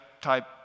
type